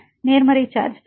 மாணவர் நேர்மறை சார்ஜ்